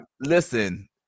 listen